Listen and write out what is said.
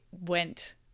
went